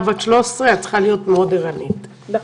בת 13 את צריכה להיות ערנית מאוד.